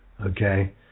Okay